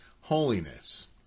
holiness